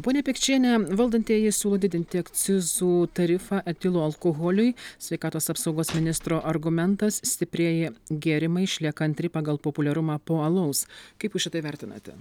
ponia pikčiene valdantieji siūlo didinti akcizų tarifą etilo alkoholiui sveikatos apsaugos ministro argumentas stiprieji gėrimai išlieka antri pagal populiarumą po alaus kaip jūs šitai vertinate